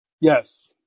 yes